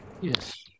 Yes